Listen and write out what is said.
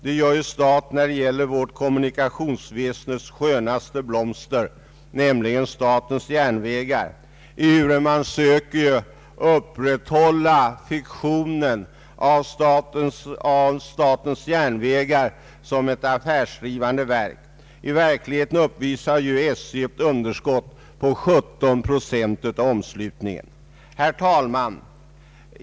Det gör staten när det gäller vårt kommunikationsväsendes skönaste blomster, nämligen statens järnvägar, ehuru man söker upprätthålla fiktionen av statens järnvägar som ett affärsdrivande verk. I verkligheten uppvisar SJ ett underskott på 17 procent av omslutningen. Herr talman!